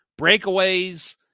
Breakaways